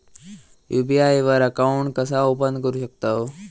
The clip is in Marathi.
यू.पी.आय वर अकाउंट कसा ओपन करू शकतव?